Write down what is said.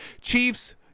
Chiefs